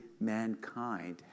mankind